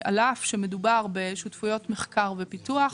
על אף שמדובר בשותפויות מחקר ופיתוח,